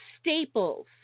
staples